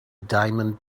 diamond